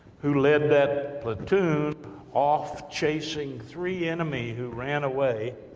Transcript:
who led that platoon off, chasing three enemy, who ran away,